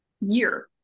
year